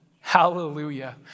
Hallelujah